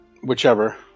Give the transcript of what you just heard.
whichever